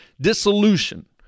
dissolution